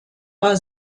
war